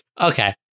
Okay